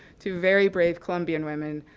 two very brave colombian women.